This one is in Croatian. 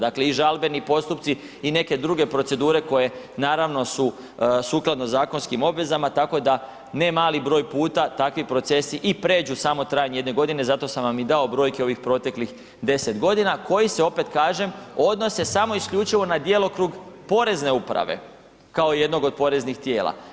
Dakle i žalbeni postupci i neke druge procedure koje, naravno su sukladno zakonskim obvezama, tako da ne mali broj puta takvi procesi i pređu samo trajanje jedne godine, zato sam vam i dao brojke ovih proteklih 10 godina, koji se opet kažem, odnose samo isključivo na djelokrug porezne uprave kao jednog od poreznih tijela.